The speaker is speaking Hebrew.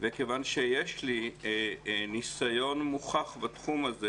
ומכיוון שיש לי ניסיון מוכח בתחום הזה